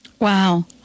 Wow